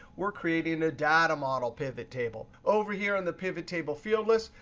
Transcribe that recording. we're creating a data model pivot table. over here on the pivot table field list,